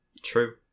True